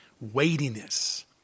weightiness